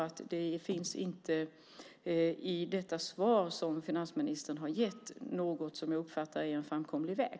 I det svar som finansministern har gett finns det inte något som jag uppfattar är en framkomlig väg.